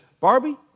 Barbie